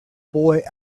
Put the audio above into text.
boy